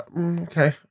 Okay